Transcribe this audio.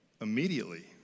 Immediately